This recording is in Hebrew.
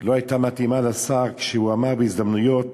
לא הייתה מתאימה לשר כשהוא אמר בהזדמנויות